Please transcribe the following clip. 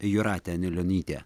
jūratė anilionytė